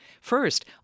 First